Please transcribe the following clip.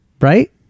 Right